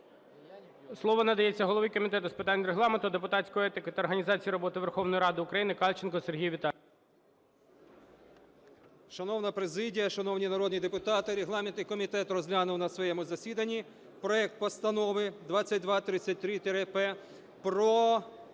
Слово надається голові комітету з питань Регламенту, депутатської етики та організації роботи Верховної Ради України Кальченку Сергію Віталійовичу. 11:42:26 КАЛЬЧЕНКО С.В. Шановна президія, шановні народні депутати, регламентний комітет розглянув на своєму засіданні проект Постанови 2233-П про